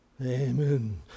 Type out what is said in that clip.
Amen